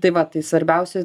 tai va tai svarbiausia